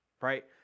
Right